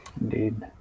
Indeed